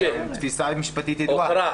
זאת תפיסה משפטית ידועה.